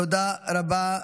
תודה רבה.